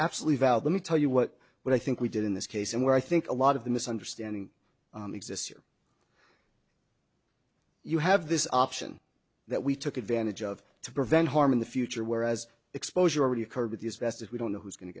absolutely valid let me tell you what what i think we did in this case and where i think a lot of the misunderstanding exists here you have this option that we took advantage of to prevent harm in the future whereas exposure already occurred with these vets that we don't know who's going to